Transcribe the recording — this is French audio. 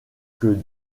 que